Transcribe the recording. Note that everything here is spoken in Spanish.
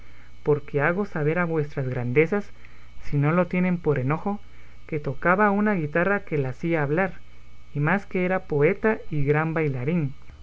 porque hago saber a vuestras grandezas si no lo tienen por enojo que tocaba una guitarra que la hacía hablar y más que era poeta y gran bailarín